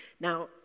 Now